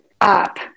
up